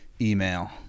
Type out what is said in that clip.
email